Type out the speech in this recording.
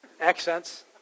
accents